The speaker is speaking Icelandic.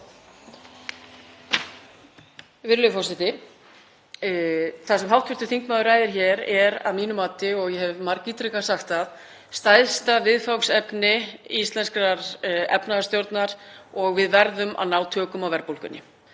forseti. Það sem hv. þingmaður ræðir hér er að mínu mati, og ég hef margítrekað sagt það, stærsta viðfangsefni íslenskrar efnahagsstjórnar og við verðum að ná tökum á verðbólgunni.